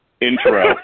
intro